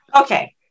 okay